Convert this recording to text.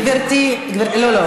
גברתי, לא, לא.